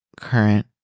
current